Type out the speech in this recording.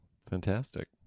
Fantastic